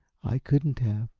i couldn't have,